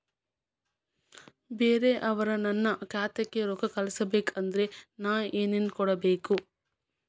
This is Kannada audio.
ಬ್ಯಾರೆ ಅವರು ನನ್ನ ಖಾತಾಕ್ಕ ರೊಕ್ಕಾ ಕಳಿಸಬೇಕು ಅಂದ್ರ ನನ್ನ ಏನೇನು ಕೊಡಬೇಕು?